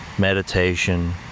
meditation